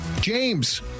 James